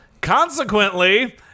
Consequently